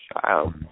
child